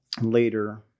later